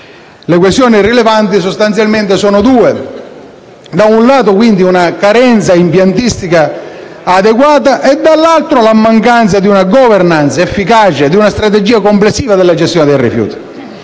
Liguria sono sostanzialmente due: da un lato, la carenza di impiantistica adeguata; dall'altro, la mancanza di una *governance* efficace e di una strategia complessiva della gestione dei rifiuti.